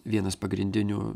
vienas pagrindinių